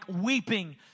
weeping